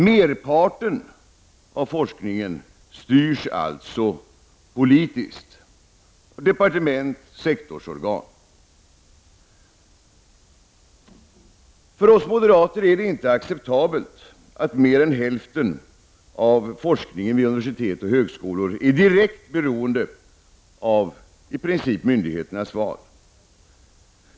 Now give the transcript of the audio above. Merparten av forskningen styrs alltså politiskt av departementens sektorsorgan. För oss moderater är det inte acceptabelt att mer än hälften av forskningen vid universitet och högskolor i princip är direkt beroende av myndigheternas val.